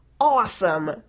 awesome